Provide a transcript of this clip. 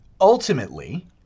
ultimately